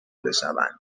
بشوند